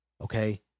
okay